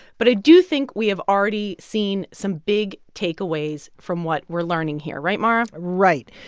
but i do think we have already seen some big takeaways from what we're learning here right, mara? right.